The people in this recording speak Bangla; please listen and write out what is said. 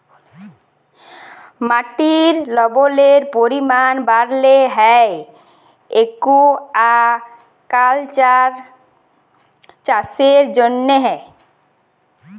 মাটির লবলের পরিমাল বাড়ালো হ্যয় একুয়াকালচার চাষের জ্যনহে